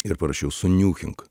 ir parašiau suniuchink